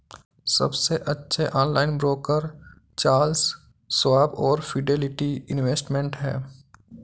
सबसे अच्छे online broker Charles Schwab और फिडेलिटी इन्वेस्टमेंट हैं